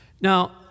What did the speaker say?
now